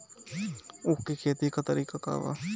उख के खेती का तरीका का बा?